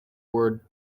word